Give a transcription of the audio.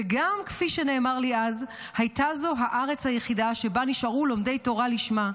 וגם כפי שנאמר לי אז הייתה זו הארץ היחידה שבה נשארו לומדי תורה לשמה.